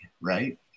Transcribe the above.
right